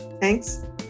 Thanks